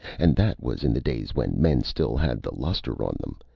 and that was in the days when men still had the lustre on them,